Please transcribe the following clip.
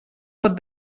pot